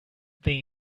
they